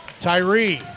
Tyree